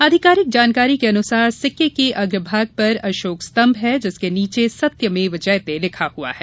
आधिकारिक जानकारी के अनुसार सिक्के के अग्र भाग पर अशोक स्तंभ है जिसके नीचे सत्यमेव जयते लिखा हुआ है